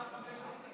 אדוני היושב-ראש,